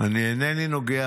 אינני נוגע